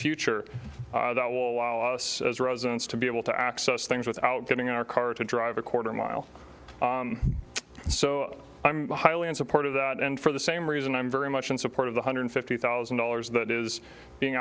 future that will allow us as residents to be able to access things without giving our car to drive a quarter mile so i'm highly in support of that and for the same reason i'm very much in support of the hundred fifty thousand dollars that is being